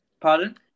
Pardon